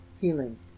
healing